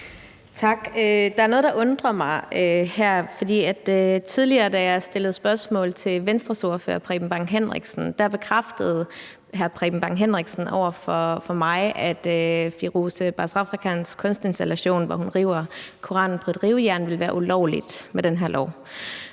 Tak. Der er noget, der undrer mig her, for tidligere, da jeg stillede spørgsmål til Venstres ordfører, hr. Preben Bang Henriksen, bekræftede hr. Preben Bang Henriksen over for mig, at Firoozeh Bazrafkans kunstinstallation, hvor hun river Koranen på et rivejern, ville være ulovlig med den her lov.